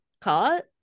caught